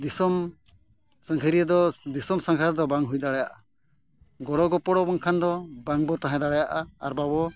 ᱫᱤᱥᱚᱢ ᱥᱟᱸᱜᱷᱟᱨᱤᱭᱟᱹ ᱫᱚ ᱫᱤᱥᱚᱢ ᱥᱟᱸᱜᱷᱟᱨ ᱫᱚ ᱵᱟᱝ ᱦᱩᱭ ᱫᱟᱲᱮᱭᱟᱜᱼᱟ ᱜᱚᱲᱚ ᱜᱚᱯᱲᱚ ᱵᱟᱝᱠᱷᱟᱱ ᱫᱚ ᱵᱟᱝᱵᱚᱱ ᱛᱟᱦᱮᱸ ᱫᱟᱲᱮᱭᱟᱜᱼᱟ ᱟᱨ ᱵᱟᱵᱚ